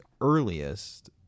earliest